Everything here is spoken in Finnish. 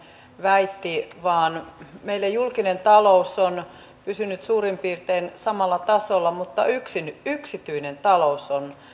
väitti vaan meidän julkinen taloutemme on pysynyt suurin piirtein samalla tasolla mutta yksityinen talous on